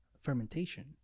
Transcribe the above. fermentation